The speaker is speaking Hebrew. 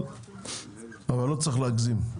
אבל לא צריך להגזים.